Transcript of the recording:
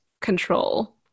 control